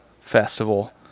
festival